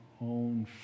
own